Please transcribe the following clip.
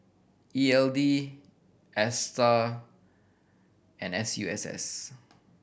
E L D Astar and S U S S